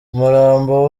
umurambo